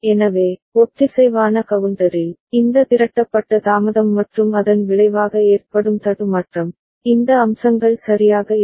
எனவே ஒத்திசைவான கவுண்டரில் இந்த திரட்டப்பட்ட தாமதம் மற்றும் அதன் விளைவாக ஏற்படும் தடுமாற்றம் இந்த அம்சங்கள் சரியாக இல்லை